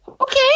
okay